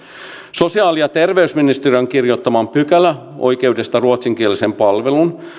sosiaali ja terveysministeriön kirjoittama pykälä oikeudesta ruotsinkieliseen palveluun